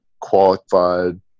qualified